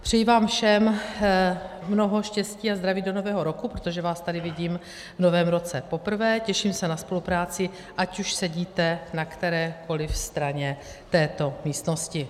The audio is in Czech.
Přeji vám všem mnoho štěstí a zdraví do nového roku, protože vás tady vidím v novém roce poprvé, těším se na spolupráci, ať už sedíte na kterékoliv straně této místnosti.